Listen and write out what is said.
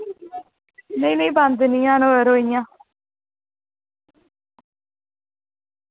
नेईं नेईं बंदर निं हैन ओह् यरो इंया